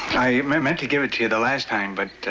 meant meant to give it to you the last time but,